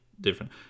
different